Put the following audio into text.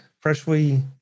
freshly